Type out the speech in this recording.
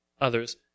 others